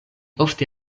ofte